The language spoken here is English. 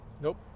nope